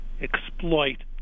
exploit